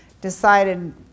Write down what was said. decided